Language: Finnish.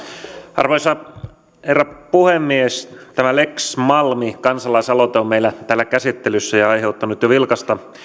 arvoisa herra puhemies tämä lex malmi kansalaisaloite on meillä täällä käsittelyssä ja aiheuttanut jo vilkasta